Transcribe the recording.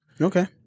Okay